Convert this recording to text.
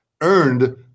earned